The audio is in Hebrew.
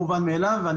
מאליו,